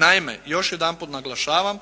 Naime još jedanput naglašavam,